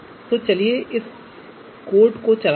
तो चलिए इस कोड को चलाते हैं